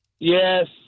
yes